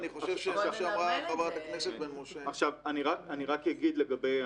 מה שאת מדברת,